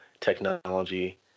technology